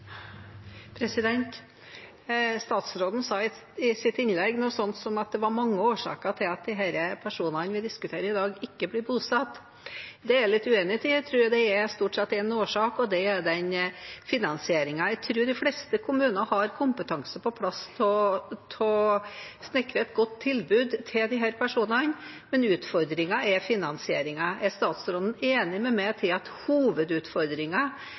Statsråden sa i sitt innlegg noe sånt som at det var mange årsaker til at de personene vi diskuterer i dag, ikke blir bosatt. Det er jeg litt uenig i, for jeg tror det er stort sett én årsak, og det er finansieringen. Jeg tror de fleste kommuner har kompetanse på plass til å snekre et godt tilbud til disse personene, men utfordringen er finansieringen. Er statsråden enig med meg i at